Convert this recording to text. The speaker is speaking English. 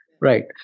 right